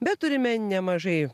bet turime nemažai